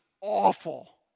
awful